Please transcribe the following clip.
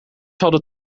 hadden